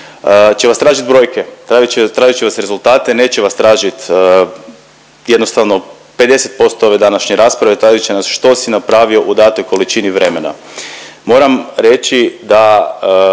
će vas tražit brojke, tražit će, tražit će vas rezultate, neće vas tražit, jednostavno 50% ove današnje rasprave tražit će nas što si napravio u datoj količini vremena.